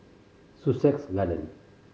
Sussex Garden